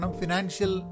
financial